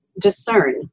discern